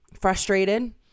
frustrated